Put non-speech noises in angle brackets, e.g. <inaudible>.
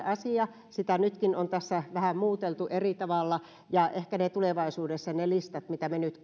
<unintelligible> asia sitä on nytkin tässä vähän muuteltu eri tavalla ja ehkä tulevaisuudessa ne pankkitunnuslistat mitä me nyt <unintelligible>